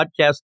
podcast